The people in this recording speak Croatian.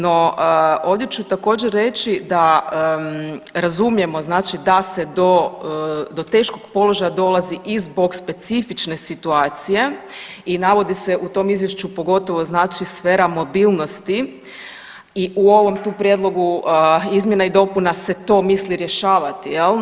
No, ovdje ću također reći da razumijemo znači da se do, do teškog položaja dolazi i zbog specifične situacije i navodi se u tom izvješću pogotovo znači sfera mobilnosti i u ovom tu prijedlogu izmjena i dopuna se to misli rješavati jel.